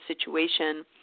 situation